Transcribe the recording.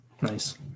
Nice